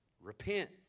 Repent